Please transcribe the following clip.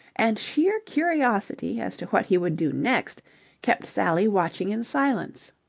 and sheer curiosity as to what he would do next kept sally watching in silence.